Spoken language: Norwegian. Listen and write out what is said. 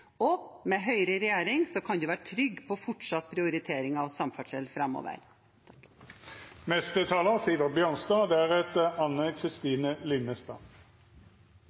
Og med Høyre i regjering kan en være trygg på fortsatt prioritering av samferdsel framover.